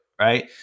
right